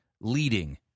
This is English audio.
leading